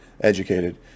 educated